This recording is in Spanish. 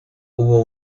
hubo